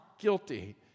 guilty